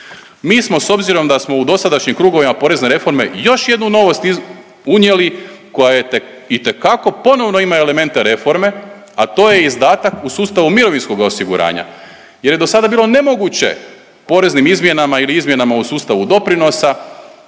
Mi smo, s obzirom da smo u dosadašnjim krugovima porezne reforme još jednu novost unijeli koja je itekako ponovno ima elemente reforme, a to je izdatak u sustavu mirovinskoga osiguranja jer je do sada bilo nemoguće poreznim izmjenama ili izmjenama u sustavu doprinosa